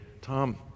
Tom